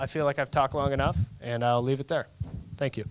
i feel like i've talked long enough and i'll leave it there